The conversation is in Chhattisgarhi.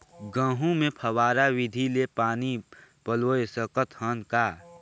गहूं मे फव्वारा विधि ले पानी पलोय सकत हन का?